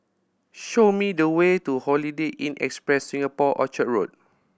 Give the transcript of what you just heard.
show me the way to Holiday Inn Express Singapore Orchard Road